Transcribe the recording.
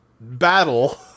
battle